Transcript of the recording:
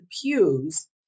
pews